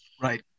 Right